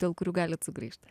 dėl kurių galit sugrįžt